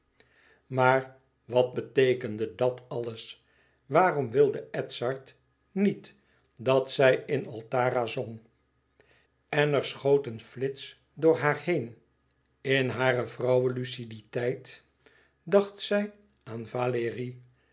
maar wat beteekende dat alles waarom wilde edzard niet dat zij in altara zong en er schoot een flits door haar heen in hare vrouwe luciditeit dacht zij aan valérie